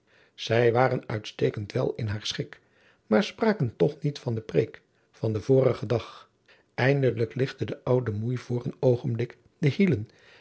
zij waren uitstekend wel in haar schik maar spraken toch niet van de preek van den vorigen dag eindelijk ligtte de oude moei voor een oogenblik de hielen